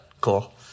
Cool